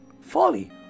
Folly